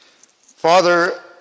Father